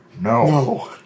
No